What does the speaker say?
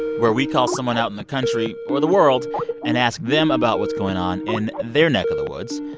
where we call someone out in the country or the world and ask them about what's going on in their neck of the woods.